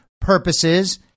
purposes